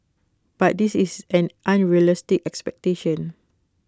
but this is an unrealistic expectation